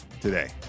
today